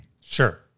sure